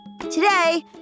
Today